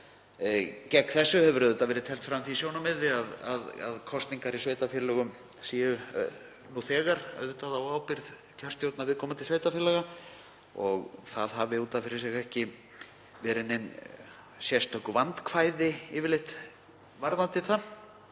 Gegn þessu hefur verið teflt fram því sjónarmiði að kosningar í sveitarfélögum séu nú þegar á ábyrgð kjörstjórnar viðkomandi sveitarfélaga og það hafi út af fyrir sig ekki verið nein sérstök vandkvæði varðandi það.